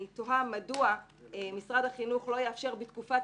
אני תוהה מדוע משרד החינוך לא יאפשר בתקופת